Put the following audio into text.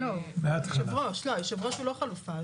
הוא לא חלופה.